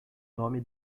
nome